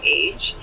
age